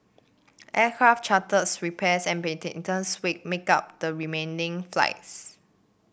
aircraft charters repairs and maintenance wake make up the remaining flights